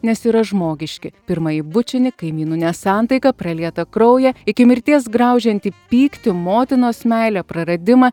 nes yra žmogiški pirmąjį bučinį kaimynų nesantaiką pralietą kraują iki mirties graužiantį pyktį motinos meilę praradimą